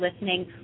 listening